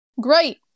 Great